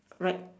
right